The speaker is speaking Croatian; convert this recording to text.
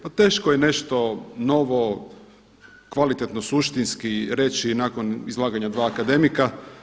Pa teško je nešto novo, kvalitetno, suštinski reći nakon izlaganja dva akademika.